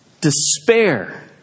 despair